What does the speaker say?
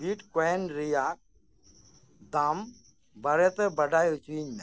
ᱵᱤᱴᱠᱚᱭᱮᱱ ᱨᱮᱱᱟᱜ ᱫᱟᱜᱽ ᱵᱟᱨᱮᱛᱮ ᱵᱟᱰᱟᱭ ᱦᱚᱪᱚᱧ ᱢᱮ